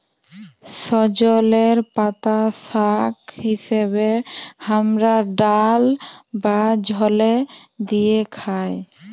সজলের পাতা শাক হিসেবে হামরা ডাল বা ঝলে দিয়ে খাই